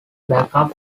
backup